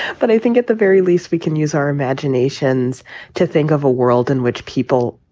but i think at the very least, we can use our imaginations to think of a world in which people.